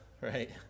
right